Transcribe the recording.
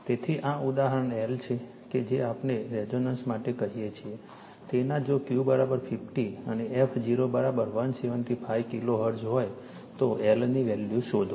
તેથી આ ઉદાહરણ L છે કે જેને આપણે રેઝોનન્સ માટે કહીએ છીએ તેના જો Q50 અને f0175 કિલો હર્ટ્ઝ હોય તો L ની વેલ્યુ શોધો